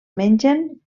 mengen